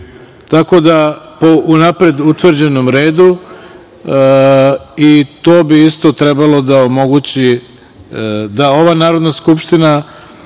po unapred utvrđenom redu i to bi isto trebalo da omogući da ova Narodna skupština